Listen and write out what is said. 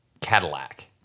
Cadillac